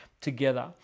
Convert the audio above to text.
together